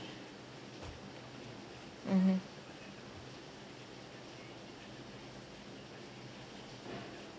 mmhmm